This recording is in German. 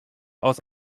aus